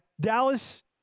Dallas